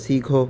سیکھو